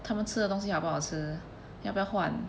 它们吃的东西好不好吃要不要换